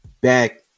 back